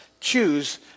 choose